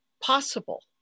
possible